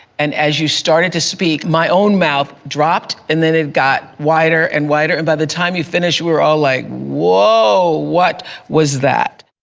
and as you started to speak, my own mouth dropped and then it got wider and wider. and by the time you finished we were all like, whoa, what was that?